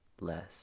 less